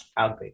Okay